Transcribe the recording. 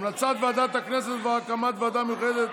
המלצת ועדת הכנסת בדבר הקמת ועדה מיוחדת